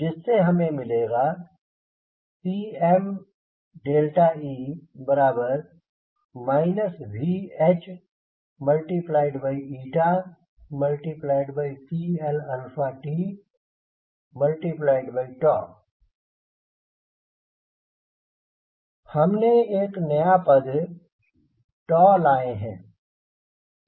जिससे हमें मिलेगा C m e V H CLt हमने एक नया पद लाए हैं